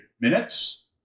minutes